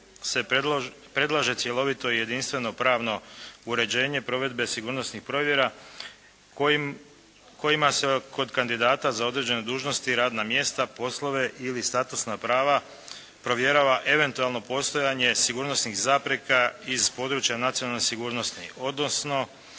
se predlaže cjelovito i jedinstveno pravno uređenje provedbe sigurnosnih provjera kojima se kod kandidata za određene dužnosti i radna mjesta, poslove ili statusna prava provjerava eventualno postojanje sigurnosnih zapreka iz područja nacionalne sigurnosti, odnosno